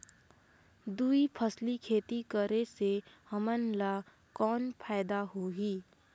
दुई फसली खेती करे से हमन ला कौन फायदा होही?